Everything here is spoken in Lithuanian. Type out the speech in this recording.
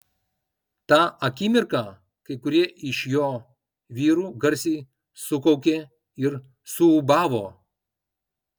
tą akimirką kai kurie iš jo vyrų garsiai sukaukė ir suūbavo